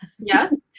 Yes